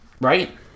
Right